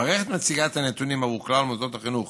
המערכת מציגה את הנתונים עבור כלל מוסדות החינוך